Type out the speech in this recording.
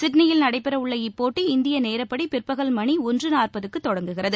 சிட்னியில் நடைபெறவுள்ள இப்போட்டி இந்திய நேரப்படி பிற்பகல் மணி ஒன்று நாற்பதுக்கு தொடங்குகிறது